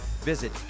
Visit